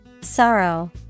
Sorrow